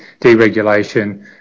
deregulation